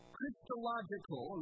Christological